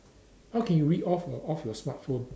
how can you read off your off your smart phone